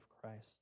Christ